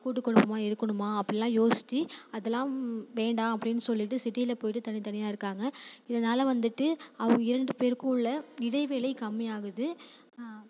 கூட்டுகுடும்பமாக இருக்கணுமா அப்படியெலாம் யோசித்து அதெலாம் வேண்டாம் அப்படினு சொல்லிட்டு சிட்டியில் போய்விட்டு தனி தனியாக இருக்காங்க இதனால் வந்துட்டு அவங்க இரண்டு பேருக்கும் உள்ள இடைவேளை கம்மியாகுது